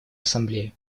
ассамблее